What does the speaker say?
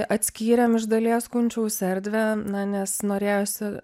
atskyrėm iš dalies kunčiaus erdvę na nes norėjosi